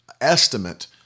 estimate